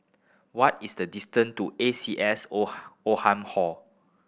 what is the distance to A C S Old Oldham Hall